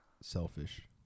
selfish